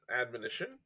admonition